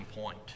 point